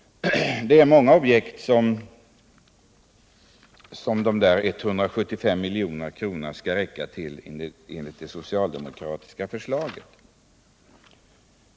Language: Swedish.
Det är många objekt som de 175 miljonerna i det socialdemokratiska förslaget skall räcka till!